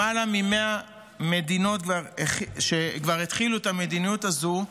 למעלה מ-100 מדינות כבר התחילו את המדיניות הזו,